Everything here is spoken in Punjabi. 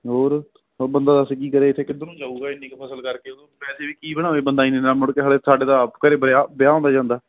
ਹੋਰ ਹੁਣ ਬੰਦਾ ਦੱਸ ਕੀ ਕਰੇ ਇੱਥੇ ਕਿੱਧਰ ਨੂੰ ਜਾਊਗਾ ਇੰਨੀ ਕੁ ਫਸਲ ਕਰਕੇ ਉਹਨੂੰ ਪੈਸੇ ਵੀ ਕੀ ਬਣਾਵੇ ਬੰਦਾ ਇੰਨੇ ਨਾਲ ਮੁੜ ਕੇ ਸਾਲੇ ਸਾਡੇ ਤਾਂ ਆਪ ਘਰੇ ਵਿਆਹ ਵਿਆਹ ਆਉਂਦਾ ਜਾਂਦਾ